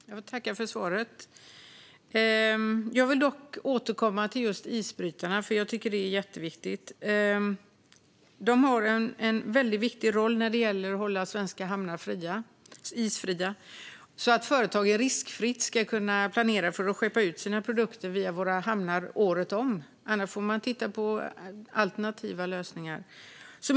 Fru talman! Jag vill tacka för svaret. Jag vill dock återkomma till just isbrytarna, för jag tycker att detta är jätteviktigt. De har en väldigt viktig roll när det gäller att hålla svenska hamnar isfria så att företag riskfritt kan planera för att skeppa ut sina produkter via våra hamnar året om. Annars får man titta på alternativa lösningar.